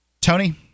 tony